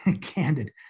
candid